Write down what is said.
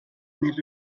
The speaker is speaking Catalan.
més